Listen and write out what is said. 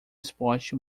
esporte